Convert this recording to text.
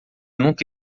nunca